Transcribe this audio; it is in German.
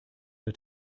der